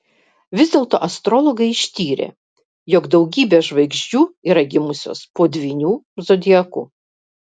vis dėlto astrologai ištyrė jog daugybė žvaigždžių yra gimusios po dvyniu zodiaku